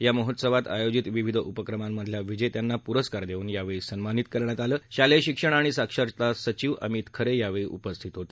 या महोत्सवात आयोजित विविध उपक्रमास्क्रिल्या विजेत्यात्ती पुरस्कार देऊन यावेळी सन्मानित करण्यात आला शालेय शिक्षण आणि साक्षरता सचिव अमित खरे यावेळी उपस्थित होते